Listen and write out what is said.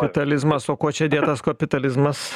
fatalizmas o kuo čia dėtas kapitalizmas